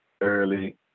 early